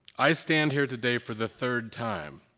i stand here today for the third time,